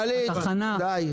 גלית, די.